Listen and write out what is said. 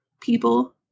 people